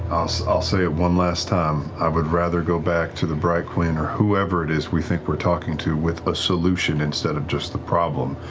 i'll say it one last time. i would rather go back to the bright queen or whoever it is we think we're talking to with a solution instead of just the problem.